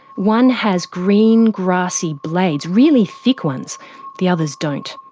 one has green grassy blades really thick ones the others don't.